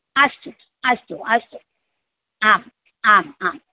अस्तु अस्तु अस्तु आम् आम् आम्